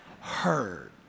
heard